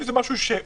אם זה לא מתוכנן,